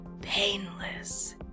painless